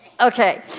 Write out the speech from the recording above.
Okay